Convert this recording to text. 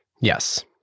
Yes